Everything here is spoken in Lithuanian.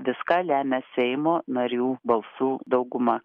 viską lemia seimo narių balsų dauguma